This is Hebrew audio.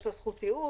יש לו זכות טיעון,